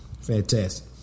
Fantastic